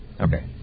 Okay